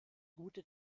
gute